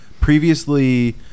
Previously